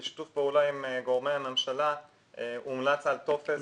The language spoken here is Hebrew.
וגם בשיתוף פעולה עם גורמי הממשלה הומלץ על טופס שהוסכם.